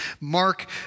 Mark